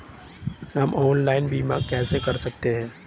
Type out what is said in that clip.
हम ऑनलाइन बीमा कैसे कर सकते हैं?